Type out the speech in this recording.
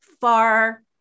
far